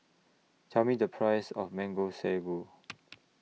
Tell Me The Price of Mango Sago